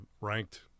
ranked